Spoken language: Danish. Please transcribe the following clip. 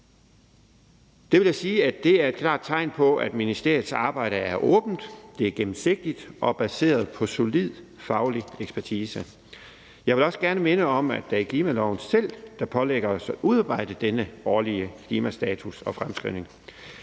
Det vil sige, at det er et klart tegn på, at ministeriets arbejde er åbent; det er gennemsigtigt og baseret på solid faglig ekspertise. Jeg vil også gerne minde om, at det er klimaloven, der pålægger os at udarbejde denne årlige klimastatus og -fremskrivning.